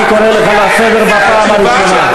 אני קורא לך לסדר בפעם הראשונה.